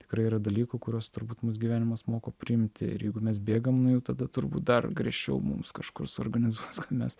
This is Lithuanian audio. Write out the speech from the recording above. tikrai yra dalykų kuriuos turbūt mūs gyvenimas moko priimti ir jeigu mes bėgam nuo jų tada turbūt dar griežčiau mums kažkur suorganizuos kad mes